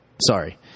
sorry